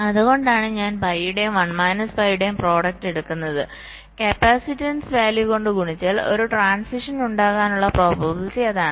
അതുകൊണ്ടാണ് ഞാൻ പൈയുടെയും 1 മൈനസ് പൈയുടെയും പ്രോഡക്റ്റ് എടുക്കുന്നത് കപ്പാസിറ്റൻസ് വാല്യൂ കൊണ്ട് ഗുണിച്ചാൽ ഒരു ട്രാൻസിഷൻ ഉണ്ടാകാനുള്ള പ്രോബബിലിറ്റി അതാണ്